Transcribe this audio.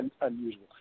unusual